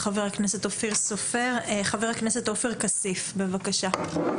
חבר הכנסת עופר כסיף, בבקשה.